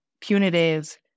punitive